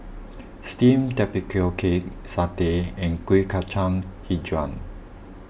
Steamed Tapioca Cake Satay and Kuih Kacang HiJau